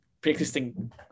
pre-existing